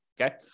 okay